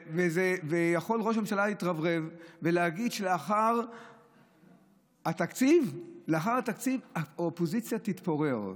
יכול ראש הממשלה להתרברב ולהגיד שלאחר התקציב האופוזיציה תתפורר.